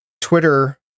Twitter